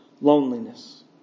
loneliness